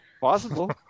Possible